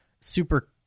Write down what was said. super